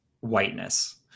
whiteness